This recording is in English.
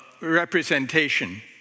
representation